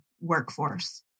workforce